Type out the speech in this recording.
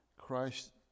Christ